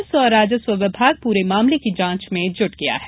police और राजस्व विभाग पूरे मामले की जांच में जुट गया है